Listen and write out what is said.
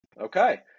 Okay